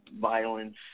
violence